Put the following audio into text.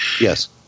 Yes